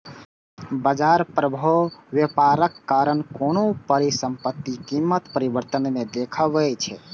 बाजार प्रभाव व्यापारक कारण कोनो परिसंपत्तिक कीमत परिवर्तन मे देखबै छै